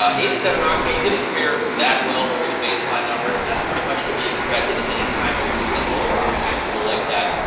ah eighty seven octane didn't fare that well over the baseline numbers, and that's pretty much to expected any time you're using a lower octane fuel like that.